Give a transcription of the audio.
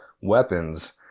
weapons